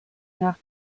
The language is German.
nach